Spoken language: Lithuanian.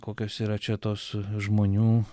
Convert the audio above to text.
kokios yra čia tos žmonių